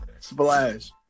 Splash